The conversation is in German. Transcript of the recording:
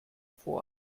vor